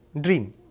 dream